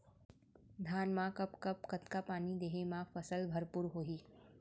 धान मा कब कब कतका पानी देहे मा फसल भरपूर होही?